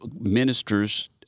ministers